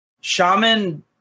Shaman